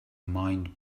mind